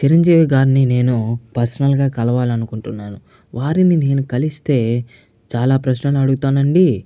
చిరంజీవి గారిని నేను పర్సనల్ గా కలవాలనుకుంటున్నాను వారిని నేను కలిస్తే చాలా ప్రశ్నలు అడుగుతానండి